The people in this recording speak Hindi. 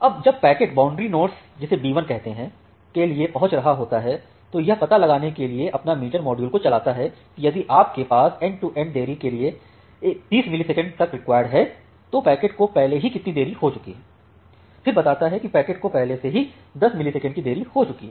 अब जब पैकेट बौन्ड्री नोड जिसे B1 कहते हैं के लिए पहुंच रहा होता है तो यह पता लगाने के लिए अपना मीटर मॉड्यूल को चलाता है कि यदि आपके पास एंड टू एंड देरी के लिए 30 मिलीसेकंड तक रिक्वायर्ड है तो पैकेट को पहले ही कितनी देरी हो चुकी हैफिर बताता है की पैकेट को पहले से ही 10 मिलीसेकंड की देरी हो चुकी है